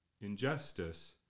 injustice